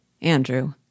Andrew